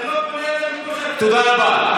תודה רבה.